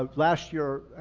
ah last year,